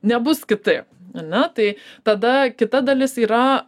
nebus kitaip ane tai tada kita dalis yra